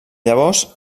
llavors